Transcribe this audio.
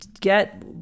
get